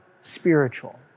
spiritual